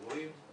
אירועים.